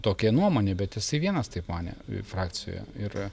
tokia nuomonė bet jisai vienas taip manė frakcijoje ir